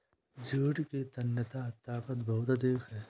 jute की तन्यता ताकत बहुत अधिक है